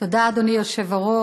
תודה, אדוני היושב-ראש.